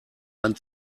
ein